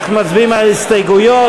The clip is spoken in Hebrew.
אנחנו מצביעים על הסתייגויות.